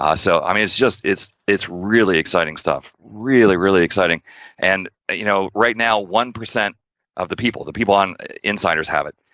um so, i mean, it's just, it's, it's really exciting stuff, really really exciting and you know, right now, one percent of the people, the people on insiders have it.